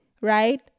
right